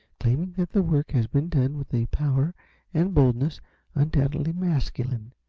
claiming that the work has been done with a power and boldness undoubtedly masculine.